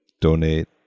donate